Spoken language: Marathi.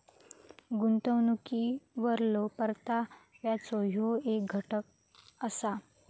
गुंतवणुकीवरलो परताव्याचो ह्यो येक घटक असा